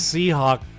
Seahawk